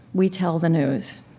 we tell the news.